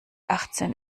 achtzehn